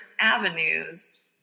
avenues